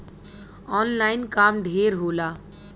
online काम ढेर होला